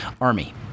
army